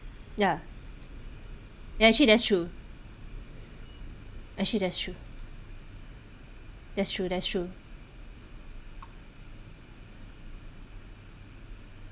ya ya actually that's true actually that's true that's true that's true